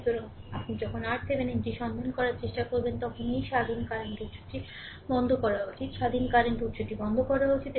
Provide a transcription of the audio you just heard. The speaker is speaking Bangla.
সুতরাং যখন আপনি RThevenin টি সন্ধান করার চেষ্টা করবেন তখন এই স্বাধীন কারেন্ট উত্সটি বন্ধ করা উচিত স্বাধীন কারেন্ট উত্সটি বন্ধ করা উচিত